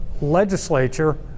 legislature